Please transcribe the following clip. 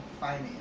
finance